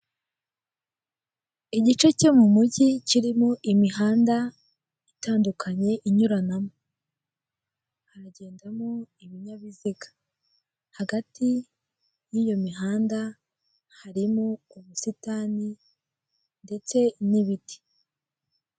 Igice cyo mu mugi kirimo imihanda itandukanye inyuranamo. Haragendamo ibinyabiziga. Hagati y'iyo mihanda harimo ubusitani ndetse n'ibiti.